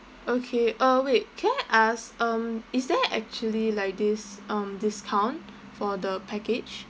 okay uh wait can I ask um is there actually like this um discount for the package